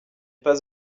pas